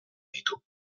ditu